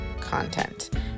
content